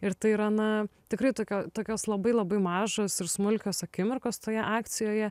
ir tai yra na tikrai tokio tokios labai labai mažos ir smulkios akimirkos toje akcijoje